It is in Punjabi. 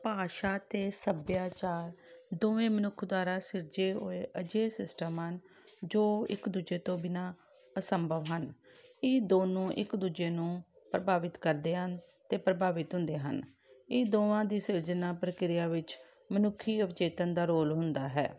ਭਾਸ਼ਾ ਅਤੇ ਸੱਭਿਆਚਾਰ ਦੋਵੇਂ ਮਨੁੱਖ ਦੁਆਰਾ ਸਿਰਜੇ ਹੋਏ ਅਜਿਹੇ ਸਿਸਟਮ ਹਨ ਜੋ ਇੱਕ ਦੂਜੇ ਤੋਂ ਬਿਨਾਂ ਅਸੰਭਵ ਹਨ ਇਹ ਦੋਨੋਂ ਇੱਕ ਦੂਜੇ ਨੂੰ ਪ੍ਰਭਾਵਿਤ ਕਰਦੇ ਹਨ ਅਤੇ ਪ੍ਰਭਾਵਿਤ ਹੁੰਦੇ ਹਨ ਇਹ ਦੋਵਾਂ ਦੀ ਸਿਰਜਨਾ ਪ੍ਰਕਿਰਿਆ ਵਿੱਚ ਮਨੁੱਖੀ ਅਵਚੇਤਨ ਦਾ ਰੋਲ ਹੁੰਦਾ ਹੈ